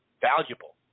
valuable